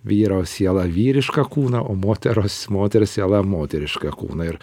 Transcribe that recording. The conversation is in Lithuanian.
vyro siela vyrišką kūną o moteros moters siela moterišką kūną ir